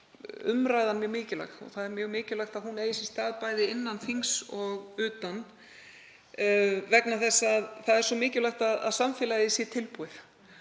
umræðan mjög mikilvæg og það er mjög mikilvægt að hún eigi sér stað bæði innan þings og utan. Það er svo mikilvægt að samfélagið sé tilbúið,